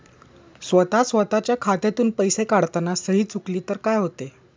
स्वतः स्वतःच्या खात्यातून पैसे काढताना सही चुकली तर काय होते?